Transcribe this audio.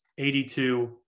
82